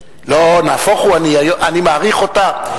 נהפוך הוא, אני מעריך אותה.